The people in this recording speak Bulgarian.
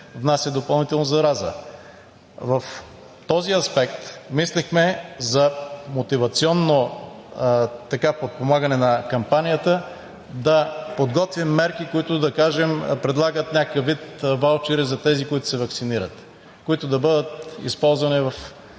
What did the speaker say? внася допълнително зараза. В този аспект мислихме за мотивационно подпомагане на кампанията – да подготвим мерки, които, да кажем, предлагат някакъв вид ваучери за тези, които се ваксинират, които да бъдат използвани в